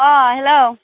अ' hello